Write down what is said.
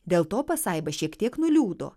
dėl to pasaiba šiek tiek nuliūdo